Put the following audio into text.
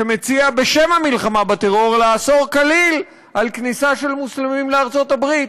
שמציע בשם המלחמה בטרור לאסור כליל על כניסה של מוסלמים לארצות-הברית.